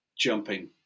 jumping